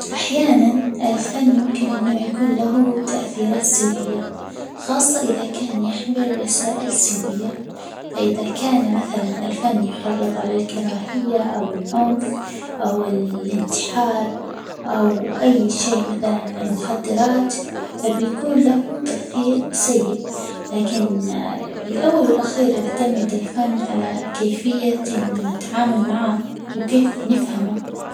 أحيانًا، الفن ممكن أن يكون له تأثيرات سلبية، خاصة إذا كان يحمل رسائل سلبية، فإذا كان مثلًا الفن يحرض على الكراهية، أو العنف، أو الإنتحار، أو أي شيء مثلاً المخدرات، فبيكون له تأثير سيئ، لكن في الأول، والأخير يعتمد الفن على كيفية إنه نتعامل معه وكيف نفهمه.